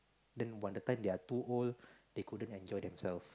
then when the time they are too old they couldn't enjoy themselves